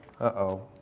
uh-oh